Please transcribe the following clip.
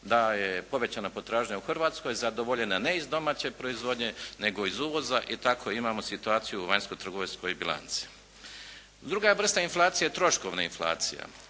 da je povećana potražnja u Hrvatskoj zadovoljena ne iz domaće proizvodnje nego iz uvoza i tako imamo situaciju u vanjsko trgovinskoj bilanci. Druga vrsta inflacije je troškovne inflacija.